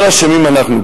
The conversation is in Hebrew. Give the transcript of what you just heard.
אבל אשמים אנחנו.